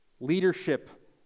leadership